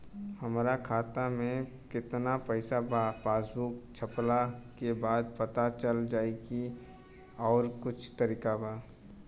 हमरा खाता में केतना पइसा बा पासबुक छपला के बाद पता चल जाई कि आउर कुछ तरिका बा?